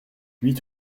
huit